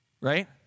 right